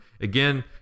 again